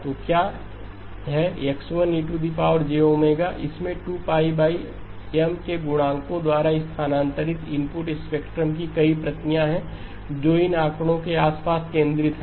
तो यह क्या है X1 इसमें 2π M के गुणकों द्वारा स्थानांतरित इनपुट स्पेक्ट्रम की कई प्रतियां हैं जो इन आंकड़ों के आसपास केंद्रित हैं